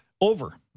Over